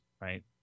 right